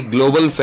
Global